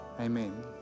Amen